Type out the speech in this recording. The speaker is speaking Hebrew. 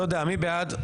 מי בעד?